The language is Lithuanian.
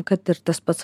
kad ir tas pats